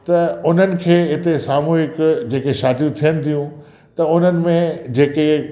त उन्हनि खे हिते सामुहिक जेके शादियूं थियनि थियूं त उन्हनि में जेके